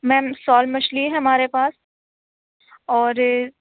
میم شال مچھلی ہمارے پاس اور